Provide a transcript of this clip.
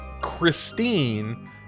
Christine